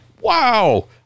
wow